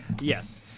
Yes